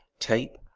tape,